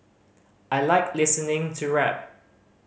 I like listening to rap